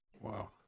Wow